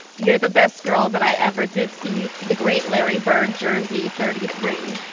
you're the best girl that i ever did see, the great larry byrd, jersey thirty-three.